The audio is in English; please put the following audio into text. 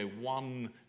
one